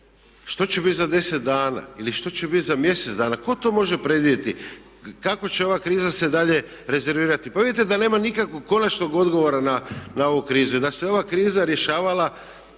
Što će biti za 10 dana ili što će biti za mjesec dana? Tko to može predvidjeti kako će ova kriza se dalje razvijati? Pa vidite da nema nikakvog konačnog odgovora na ovu krizu i da se ova kriza rješavala